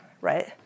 right